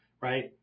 right